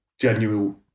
genuine